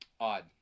odd